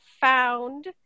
found